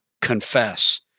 confess